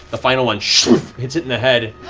the final one hits it in the head.